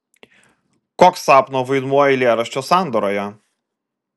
koks sapno vaidmuo eilėraščio sandaroje